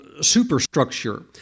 superstructure